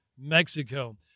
Mexico